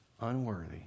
unworthy